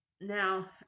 Now